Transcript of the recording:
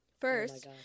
first